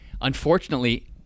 Unfortunately